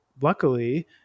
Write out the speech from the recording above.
Luckily